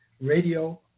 radio